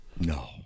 No